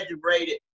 graduated